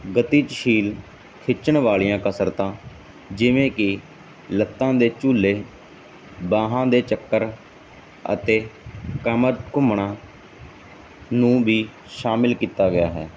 ਗਤੀਸ਼ੀਲ ਖਿੱਚਣ ਵਾਲੀਆਂ ਕਸਰਤਾਂ ਜਿਵੇਂ ਕਿ ਲੱਤਾਂ ਦੇ ਝੂਲੇ ਬਾਹਾਂ ਦੇ ਚੱਕਰ ਅਤੇ ਕਮਰ ਘੁੰਮਣਾ ਨੂੰ ਵੀ ਸ਼ਾਮਲ ਕੀਤਾ ਗਿਆ ਹੈ